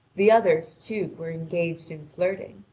the others, too, were engaged in flirting.